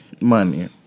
Money